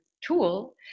tool